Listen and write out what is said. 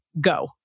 go